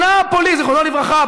זיכרונו לברכה,